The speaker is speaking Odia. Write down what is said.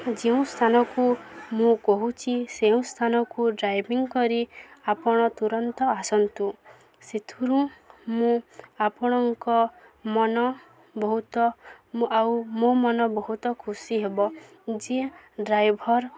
ଯେଉଁ ସ୍ଥାନକୁ ମୁଁ କହୁଛି ସେଉଁ ସ୍ଥାନକୁ ଡ୍ରାଇଭିଂ କରି ଆପଣ ତୁରନ୍ତ ଆସନ୍ତୁ ସେଥିରୁ ମୁଁ ଆପଣଙ୍କ ମନ ବହୁତ ଆଉ ମୋ ମନ ବହୁତ ଖୁସି ହେବ ଯିଏ ଡ୍ରାଇଭର